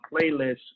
playlist